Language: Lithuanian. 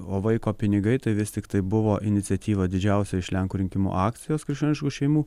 o vaiko pinigai tai vis tiktai buvo iniciatyvą didžiausia iš lenkų rinkimų akcijos krikščioniškų šeimų